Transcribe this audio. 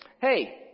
hey